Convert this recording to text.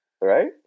Right